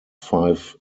five